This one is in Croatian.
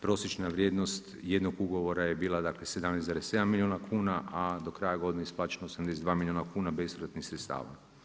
Prosječna vrijednost jednog ugovora je bila 17,7 milijuna kuna a do kraja godine je isplaćeno 82 milijuna kuna bespovratnih sredstava.